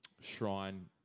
shrine